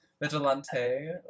Vigilante